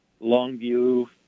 Longview